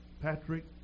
Patrick